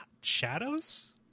Shadows